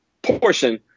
portion